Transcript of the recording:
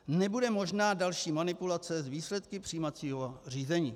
Nebude možná další manipulace s výsledky přijímacího řízení.